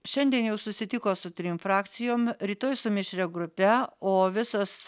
šiandien jau susitiko su trim frakcijom rytoj su mišria grupe o visos